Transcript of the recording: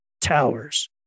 towers